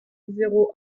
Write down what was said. zéro